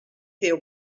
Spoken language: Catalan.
déu